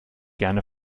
gerne